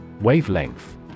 Wavelength